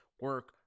Work